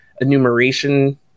enumeration